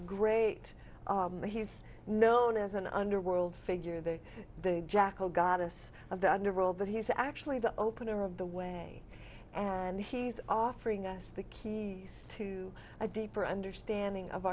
great he's known as an underworld figure the the jackal goddess of the underworld but he's actually the opener of the way and he's offering us the key to a deeper understanding of